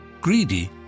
greedy